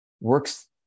works